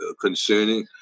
concerning